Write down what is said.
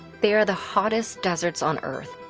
they are the hottest deserts on earth,